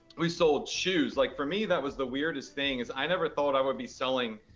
we've sold shoes. like for me, that was the weirdest thing, is i never thought i would be selling,